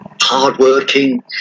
Hardworking